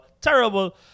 terrible